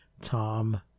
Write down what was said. Tom